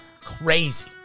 crazy